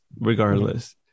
regardless